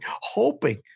hoping